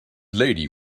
lady